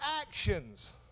actions